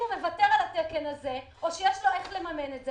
הוא מוותר על התקן הזה או שיש לו איך לממן אותו.